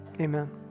amen